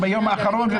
וביום האחרון,